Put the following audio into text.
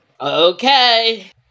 Okay